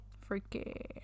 Freaky